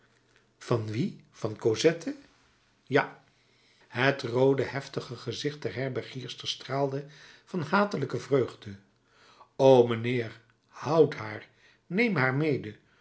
van wie van cosette ja het roode heftige gezicht der herbergierster straalde van hatelijke vreugde o mijnheer houd haar neem haar mede